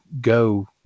go